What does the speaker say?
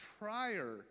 prior